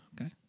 Okay